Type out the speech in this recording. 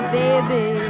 baby